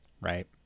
right